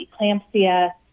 eclampsia